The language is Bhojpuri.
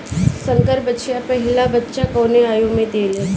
संकर बछिया पहिला बच्चा कवने आयु में देले?